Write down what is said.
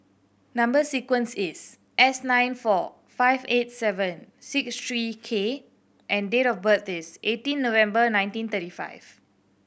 number sequence is S nine four five eight seven six three K and date of birth is eighteen November nineteen thirty five